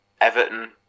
Everton